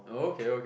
okay okay